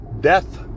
death